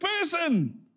person